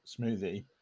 smoothie